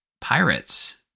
pirates